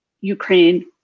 Ukraine